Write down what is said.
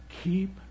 Keep